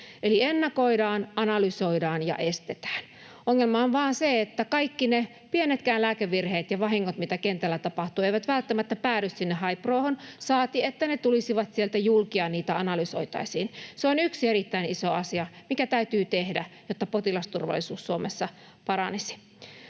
Eli ennakoidaan, analysoidaan ja estetään. Ongelma on vain se, että kaikki ne pienetkään lääkevirheet ja vahingot, mitä kentällä tapahtuu, eivät välttämättä päädy sinne HaiProhon, saati että ne tulisivat sieltä julki ja niitä analysoitaisiin. Se on yksi erittäin iso asia, mikä täytyy tehdä, jotta potilasturvallisuus Suomessa paranisi.